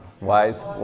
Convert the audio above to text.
Wise